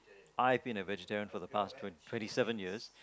I've been a vegetarian for the past twenty twenty seven years